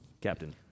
Captain